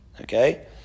okay